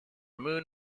moon